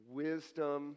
wisdom